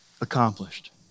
accomplished